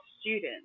students